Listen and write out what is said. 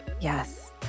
Yes